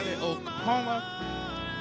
Oklahoma